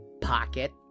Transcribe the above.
Pocket